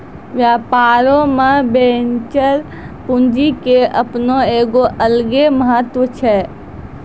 व्यापारो मे वेंचर पूंजी के अपनो एगो अलगे महत्त्व छै